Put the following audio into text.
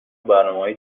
برنامههای